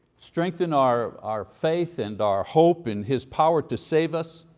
strengthen our our faith and our hope in his power to save us.